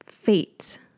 Fate